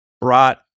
brought